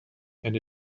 and